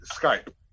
Skype